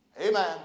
Amen